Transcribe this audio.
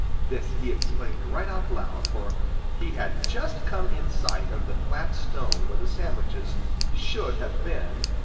this he exclaimed right out loud, for he had just come in sight of the flat stone where the sandwiches should have been,